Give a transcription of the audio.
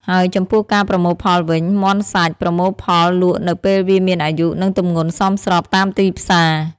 ហើយចំពោះការប្រមូលផលវិញ មាន់សាច់ ប្រមូលផលលក់នៅពេលវាមានអាយុនិងទម្ងន់សមស្របតាមទីផ្សារ។